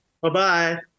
Bye-bye